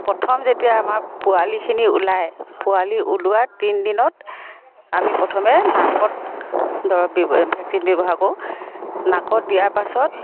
প্ৰথম যেতিয়া আমাৰ পোৱালিখিনি উলাই পোৱালি ওলোৱাৰ তিনি দিনত আমি প্ৰথমে নাকত দৰব ভেকচিন ব্যৱহাৰ কৰোঁ নাকত দিয়াৰ পাছত